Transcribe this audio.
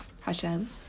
Hashem